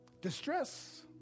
distress